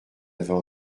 avait